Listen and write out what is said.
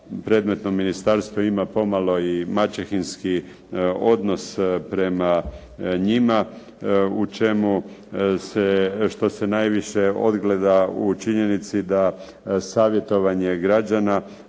predmetno ministarstvo ima pomalo i maćehinski odnos prema njima u čemu se, što se najviše ogleda u činjenici da savjetovanje građana